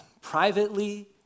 privately